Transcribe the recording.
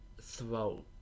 Throat